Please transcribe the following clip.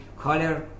color